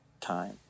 time